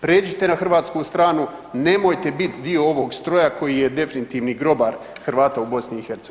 Pređite na hrvatsku stranu, nemojte bit dio ovog stroja koji je definitivni grobar Hrvata u BiH.